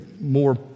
more